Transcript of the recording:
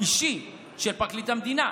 אישי של פרקליט המדינה.